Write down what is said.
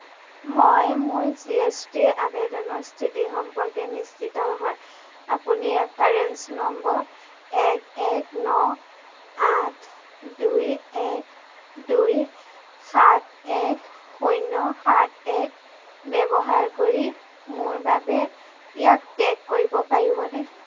মই মোৰ জি এছ টি আবেদনৰ স্থিতি সম্পৰ্কে নিশ্চিত নহয় আপুনি ৰেফাৰেন্স নম্বৰ এক এক ন আঠ দুই এক দুই সাত এক শূন্য সাত এক ব্যৱহাৰ কৰি মোৰ বাবে ইয়াক ট্ৰেক কৰিব পাৰিবনে